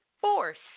force